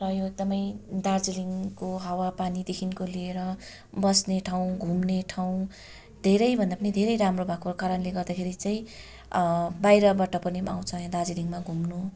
र यो एकदमै दार्जिलिङको हावा पानीदेखिको लिएर बस्ने ठाउँ घुम्ने ठाउँ धेरैभन्दा पनि धेरै राम्रो भएको कारणले गर्दाखेरि चैँ बाहिरबाट पनि आउँछ यहाँ दार्जिलिङमा घुम्न